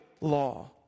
law